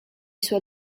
suoi